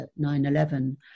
9-11